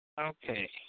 Okay